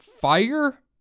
fire